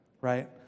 Right